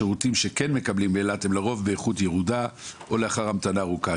השירותים שניתנים באילת הם לרוב באיכות ירודה או לאחר המתנה ארוכה.